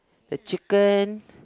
the chicken